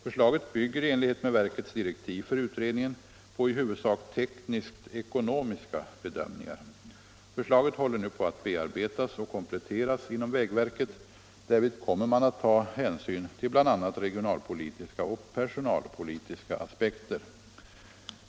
Förslaget bygger — i enlighet med verkets direktiv för utredningen — på Om vägverkets i huvudsak teknisk-ekonomiska bedömningar. Förslaget håller nu på att — planerade omorgabearbetas och kompletteras inom vägverket. Därvid kommer man att = nisation ta hänsyn till bl.a. regionalpolitiska och personalpolitiska aspekter.